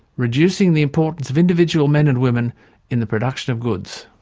reducing the importance of individual men and women in the production of goods.